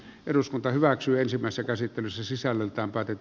eduskunta hyväksyy ensimmäistä käsittelyssä sisällöltään päädyt